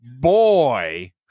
boy